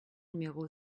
numéro